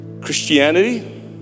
Christianity